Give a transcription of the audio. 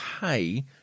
pay